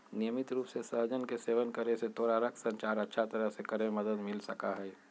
नियमित रूप से सहजन के सेवन करे से तोरा रक्त संचार अच्छा तरह से करे में मदद मिल सका हई